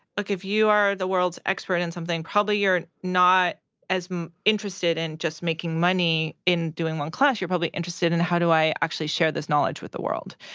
look, if you are the world's expert in something, probably you're not as interested in just making money in doing one class. you're probably interested in, how do i actually share this knowledge with the world?